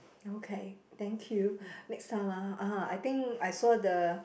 okay thank you next time ah ah I think I saw the